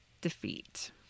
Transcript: defeat